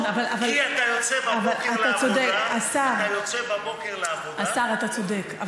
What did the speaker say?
כי אתה יוצא בבוקר לעבודה, השר, אתה צודק.